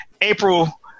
April